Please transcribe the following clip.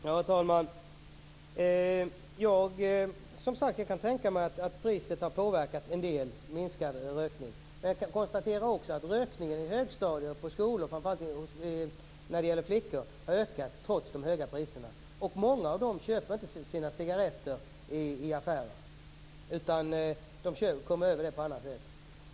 Herr talman! Jag kan, som sagt, tänka mig att priset har påverkat en del och lett till en viss minskning av rökningen. Men jag konstaterar också att rökningen på skolornas högstadier, framför allt bland flickor, har ökat trots de höga priserna. Många av dessa köper inte sina cigaretter i affärer. De kommer över dem på annat sätt.